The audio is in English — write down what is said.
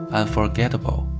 Unforgettable 》